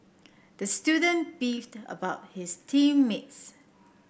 the student beefed about his team mates